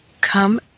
come